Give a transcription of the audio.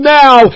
now